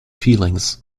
feelings